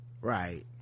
right